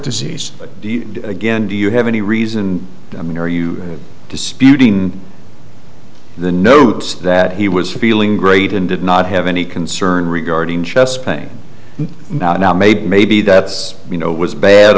disease but again do you have any reason i mean are you disputing the notes that he was feeling great and did not have any concern regarding chest pain now now maybe maybe that's you know it was bad